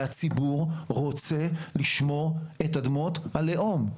זה הציבור והציבור רוצה לשמור את אדמות הלאום.